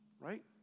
right